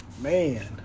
man